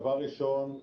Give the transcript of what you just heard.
דבר ראשון,